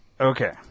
Okay